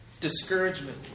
discouragement